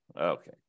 Okay